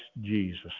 Jesus